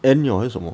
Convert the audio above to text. end 了还是什么